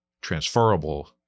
transferable